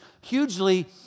hugely